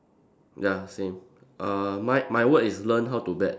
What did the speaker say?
ya same uh my my word is learn how to bet